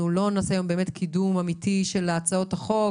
לא נעשה היום באמת קידום אמיתי של הצעות החוק,